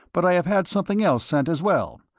but i have had something else sent, as well.